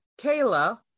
Kayla